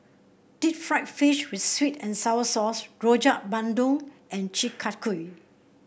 Deep Fried Fish with sweet and sour sauce Rojak Bandung and Chi Kak Kuih